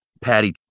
patty